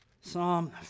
Psalm